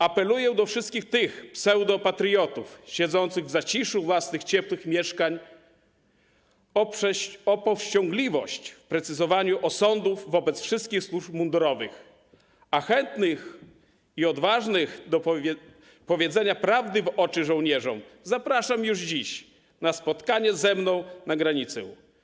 Apeluję do wszystkich tych pseudopatriotów siedzących w zaciszu własnych, ciepłych mieszkań o powściągliwość w precyzowaniu osądów wobec wszystkich służb mundurowych, a chętnych i odważnych do powiedzenia prawdy w oczy żołnierzom zapraszam już dziś na spotkanie ze mną na granicę.